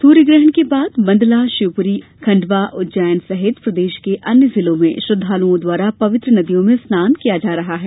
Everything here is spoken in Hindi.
सूर्य ग्रहण के बाद मंडला शिवपुरी खंडवा उज्जैन सहित प्रदेश के अन्य जिलों में श्रद्दालुओं द्वारा पवित्र नदियों में स्नान किया जा रहा है